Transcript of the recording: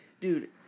Dude